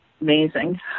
Amazing